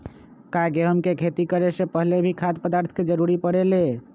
का गेहूं के खेती करे से पहले भी खाद्य पदार्थ के जरूरी परे ले?